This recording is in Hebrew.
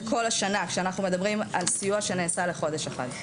לכל השנה כשאנחנו מדברים על סיוע שנאסף לחודש אחד.